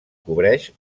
cobreix